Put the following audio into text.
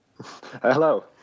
Hello